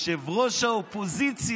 ראש האופוזיציה.